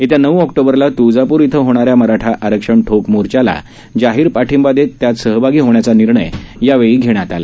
येत्या नऊ ऑक्टोबरला त्ळजापूर इथं होणाऱ्या मराठा आरक्षण ठोक मोर्चाला जाहीर पाठिंबा देत त्यात सहभागी होण्याचा निर्णय यावेळी घेण्यात आला